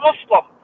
Muslim